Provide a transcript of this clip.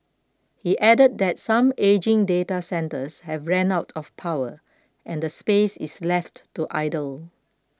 he added that some ageing data centres have ran out of power and the space is left to idle